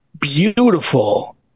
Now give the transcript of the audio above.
beautiful